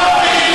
אתה לא מתבייש,